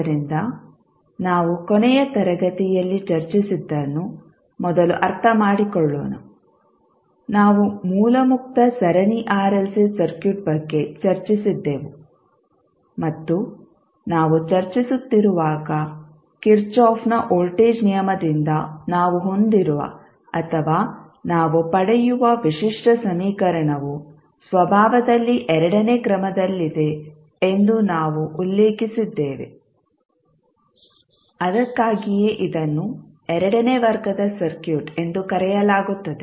ಆದ್ದರಿಂದ ನಾವು ಕೊನೆಯ ತರಗತಿಯಲ್ಲಿ ಚರ್ಚಿಸಿದ್ದನ್ನು ಮೊದಲು ಅರ್ಥಮಾಡಿಕೊಳ್ಳೋಣ ನಾವು ಮೂಲ ಮುಕ್ತ ಸರಣಿ ಆರ್ಎಲ್ಸಿ ಸರ್ಕ್ಯೂಟ್ ಬಗ್ಗೆ ಚರ್ಚಿಸಿದ್ದೆವು ಮತ್ತು ನಾವು ಚರ್ಚಿಸುತ್ತಿರುವಾಗ ಕಿರ್ಚಾಫ್ನ ವೋಲ್ಟೇಜ್ ನಿಯಮದಿಂದ ನಾವು ಹೊಂದಿರುವ ಅಥವಾ ನಾವು ಪಡೆಯುವ ವಿಶಿಷ್ಟ ಸಮೀಕರಣವು ಸ್ವಭಾವದಲ್ಲಿ ಎರಡನೇ ಕ್ರಮದಲ್ಲಿದೆ ಎಂದು ನಾವು ಉಲ್ಲೇಖಿಸಿದ್ದೇವೆ ಅದಕ್ಕಾಗಿಯೇ ಇದನ್ನು ಎರಡನೇ ವರ್ಗದ ಸರ್ಕ್ಯೂಟ್ ಎಂದು ಕರೆಯಲಾಗುತ್ತದೆ